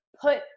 put